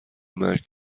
مرگ